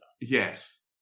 Yes